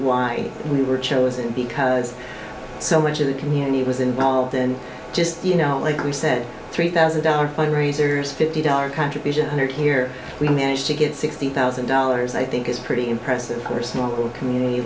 why we were chosen because so much of the community was involved in just you know like we said three thousand dollar fundraisers fifty dollars contribution or here we managed to get sixty thousand dollars i think it's pretty impressive for small community